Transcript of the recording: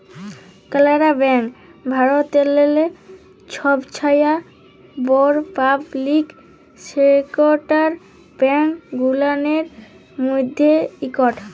কালাড়া ব্যাংক ভারতেল্লে ছবচাঁয়ে বড় পাবলিক সেকটার ব্যাংক গুলানের ম্যধে ইকট